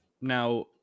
now